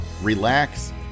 relax